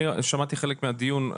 אני שמעתי חלק מהדיון,